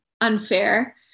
unfair